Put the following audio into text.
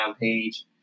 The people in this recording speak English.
page